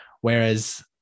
Whereas